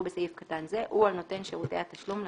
בסעיף קטן זה הוא על נותן שירותי התשלום למשלם."